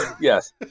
Yes